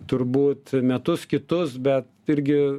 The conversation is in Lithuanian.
turbūt metus kitus be irgi